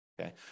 Okay